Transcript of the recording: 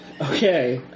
Okay